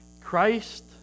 Christ